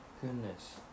goodness